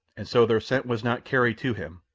and so their scent was not carried to him,